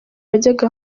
yajyaga